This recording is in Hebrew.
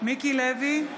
מיקי לוי,